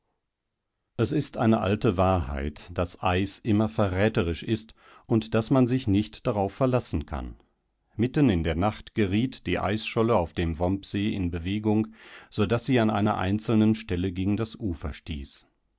es ist eine alte wahrheit daß eis immer verräterisch ist und daß man sich nichtdaraufverlassenkann mittenindernachtgerietdieeisscholleaufdem vombsee in bewegung so daß sie an einer einzelnen stelle gegen das ufer stieß